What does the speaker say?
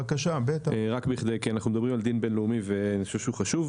כי אנחנו מדברים על דין בינלאומי ואני חושב שהוא חשוב.